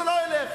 זה לא ילך.